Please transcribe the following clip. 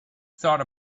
thought